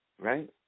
Right